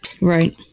Right